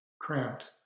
cramped